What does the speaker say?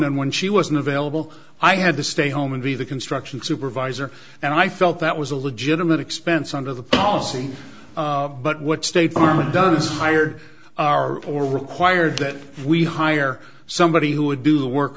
and when she wasn't available i had to stay home and be the construction supervisor and i felt that was a legitimate expense under the policy but what state government does hired are or required that we hire somebody who would do